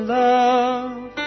love